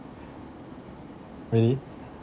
really